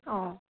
অ